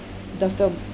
the films